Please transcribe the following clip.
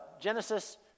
Genesis